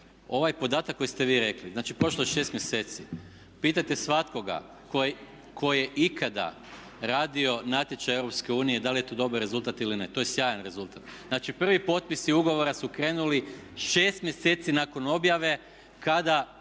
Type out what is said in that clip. ovaj podatak koji ste vi rekli, znači prošlo je 6 mjeseci, pitajte svakoga tko je ikada radio natječaj Europske unije da li je to dobar rezultat ili ne, to je sjajan rezultat. Znači prvi potpisi ugovora su krenuli 6 mjeseci nakon objave kada